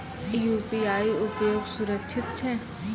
UPI उपयोग सुरक्षित छै?